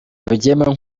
yabigiyemo